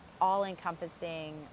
all-encompassing